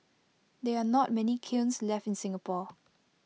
there are not many kilns left in Singapore